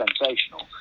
sensational